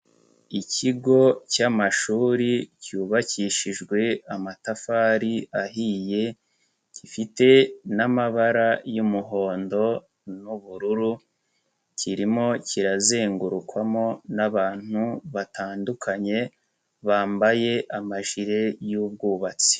Ikigo cy'amashuri cyubakishijwe amatafari ahiye gifite n'amabara y'umuhondo n'ubururu kirimo kirazengurukwamo n'abantu batandukanye bambaye amajire y'ubwubatsi.